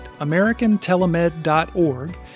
americantelemed.org